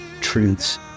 truths